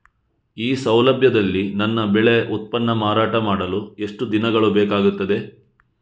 ಈ ಸೌಲಭ್ಯದಲ್ಲಿ ನನ್ನ ಬೆಳೆ ಉತ್ಪನ್ನ ಮಾರಾಟ ಮಾಡಲು ಎಷ್ಟು ದಿನಗಳು ಬೇಕಾಗುತ್ತದೆ?